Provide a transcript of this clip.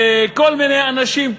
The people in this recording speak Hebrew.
וכל מיני אנשים,